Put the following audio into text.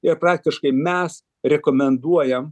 ir praktiškai mes rekomenduojam